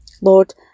Lord